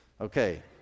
Okay